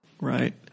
Right